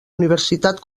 universitat